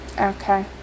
okay